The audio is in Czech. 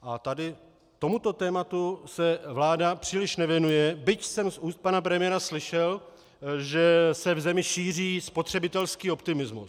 A tady tomuto tématu se vláda příliš nevěnuje, byť jsem z úst pana premiéra slyšel, že se v zemi šíří spotřebitelský optimismus.